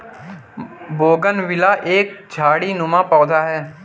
bougainvillea एक झाड़ीनुमा पौधा है